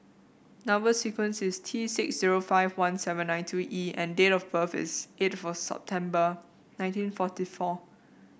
number sequence is T six zero five one seven nine two E and date of birth is eighth September nineteen forty four